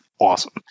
awesome